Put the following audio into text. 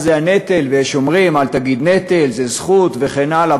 יש אומרים: אל תגיד נטל, זאת זכות, וכן הלאה.